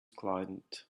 client